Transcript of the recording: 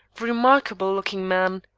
remarkable-looking man,